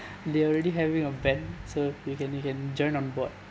they already having a band so you can you can join on board